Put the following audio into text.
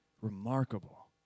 remarkable